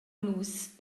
nus